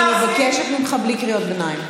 אני מבקשת ממך בלי קריאות ביניים.